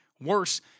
Worse